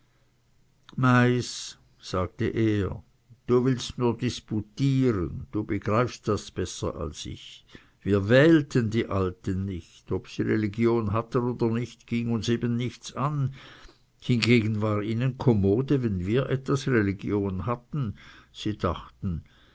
meiß sagte er du willst nur disputieren du begreifst das besser als ich wir wählten die alten nicht ob sie religion hatten oder nicht ging uns eben nichts an hingegen war ihnen komode wenn wir etwas religion hatten sie dachten